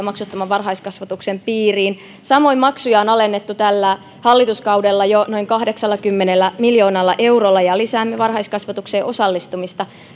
maksuttoman varhaiskasvatuksen piiriin samoin maksuja on alennettu tällä hallituskaudella jo noin kahdeksallakymmenellä miljoonalla eurolla ja lisäämme varhaiskasvatukseen osallistumista